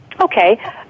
Okay